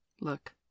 Look